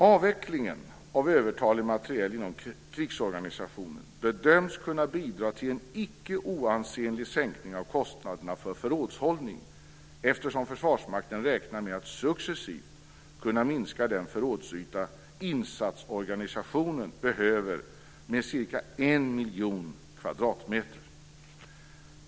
Avvecklingen av övertalig materiel inom krigsorganisationen bedöms kunna bidra till en icke oansenlig sänkning av kostnaderna för förrådshållning eftersom Försvarsmakten räknar med att successivt kunna minska den förrådsyta insatsorganisationen behöver med cirka en miljon kvadratmeter.